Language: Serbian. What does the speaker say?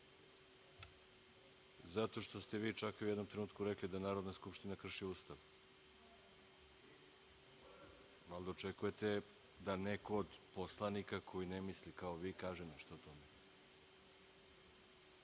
zato što ste vi čak u jednom trenutku rekli da Narodna skupština krši Ustav. Valjda očekujete da neko od poslanika koji ne misli kao vi kaže nešto o